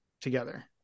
together